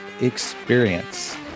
experience